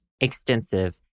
extensive